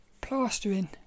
plastering